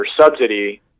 subsidy